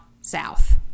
South